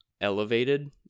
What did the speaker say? elevated